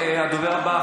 הדובר הבא,